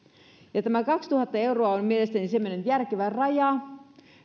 tämä kaksituhatta euroa on mielestäni semmoinen järkevä raja